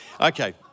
Okay